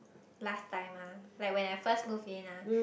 last time ah like when I first move in ah